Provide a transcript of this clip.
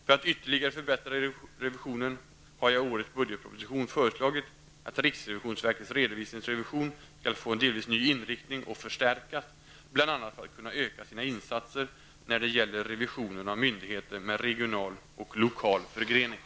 För att ytterligare förbättra revisionen har jag i årets budgetproposition föreslagit att riksrevisionsverkets redovisningsrevision skall få en delvis ny inriktning och förstärkas bl.a. för att kunna öka sina insatser när det gäller revisionen av myndigheter med regional och lokal förgrening.